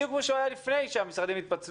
בדיוק כמו שהוא היה לפני שהמשרדים התפצלו